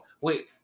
Wait